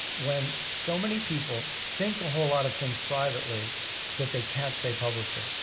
when so many people think a whole lot of things privately that they can't say publicly.